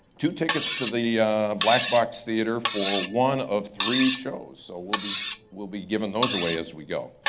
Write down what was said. two tickets to the black box theater for one of three shows. so we'll be we'll be giving those away as we go.